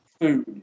food